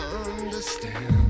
understand